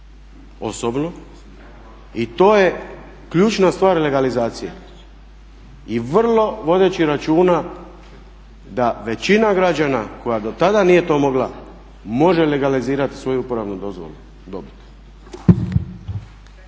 osobno. I to je ključna stvar legalizacije. I vrlo vodeći računa da većina građana koja dotada nije to mogla može legalizirati svoju uporabnu dozvolu i dobiti.